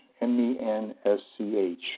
M-E-N-S-C-H